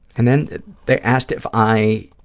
and then they asked if i,